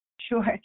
Sure